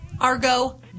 argo